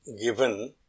given